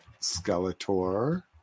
Skeletor